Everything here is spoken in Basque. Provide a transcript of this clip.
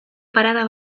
parada